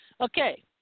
Okay